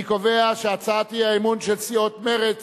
אני קובע שהצעת האי-אמון של סיעות מרצ